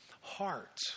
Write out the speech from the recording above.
heart